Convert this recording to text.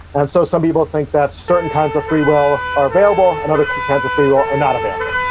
and so some people think that certain kinds of free will are available, and other kinds of free will are not available.